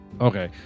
Okay